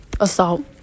assault